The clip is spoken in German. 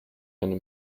eine